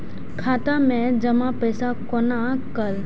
खाता मैं जमा पैसा कोना कल